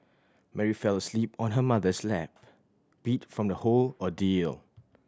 Mary fell asleep on her mother's lap beat from the whole ordeal